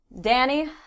Danny